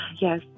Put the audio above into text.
Yes